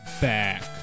back